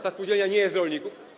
Ta spółdzielnia nie jest rolników?